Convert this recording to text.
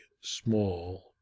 small